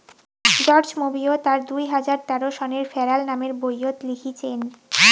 George Monbiot তার দুই হাজার তেরো সনের ফেরাল নামের বইয়ত লিখিচেন